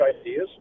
ideas